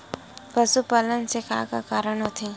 पशुपालन से का का कारण होथे?